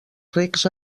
rics